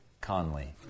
Conley